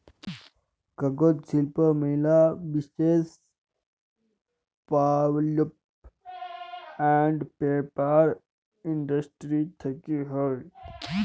কাগজ শিল্প ম্যালা বিসেস পাল্প আন্ড পেপার ইন্ডাস্ট্রি থেক্যে হউ